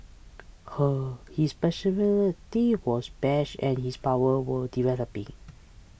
her his personality was brash and his powers were developing